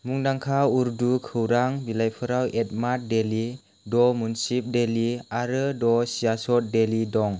मुंदांखा उर्दु खौरां बिलाइफोराव एतमाद डेली द' मुन्सिफ डेली आरो द' सियासत डेली दं